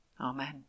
Amen